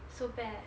so bad